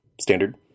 standard